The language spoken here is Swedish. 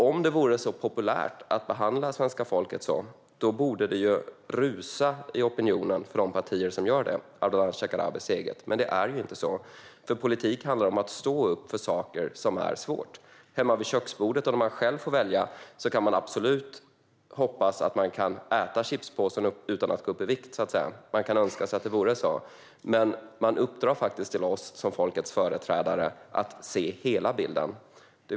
Om det vore så populärt att behandla svenska folket så borde det rusa i opinionen för de partier som gör det, till exempel Ardalan Shekarabis eget parti. Men så är det inte, för politik handlar om att stå upp för saker som är svåra. Hemma vid köksbordet och när man själv får välja kan man absolut hoppas på att kunna äta chipspåsen utan att gå upp vikt. Man kan önska att det vore så. Men människor uppdrar till oss som folkets företrädare att se hela bilden.